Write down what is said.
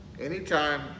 Anytime